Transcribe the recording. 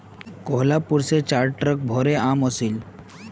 कोहलापुर स चार ट्रक भोरे आम ओसील